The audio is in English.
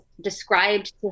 described